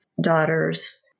Daughters